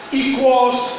equals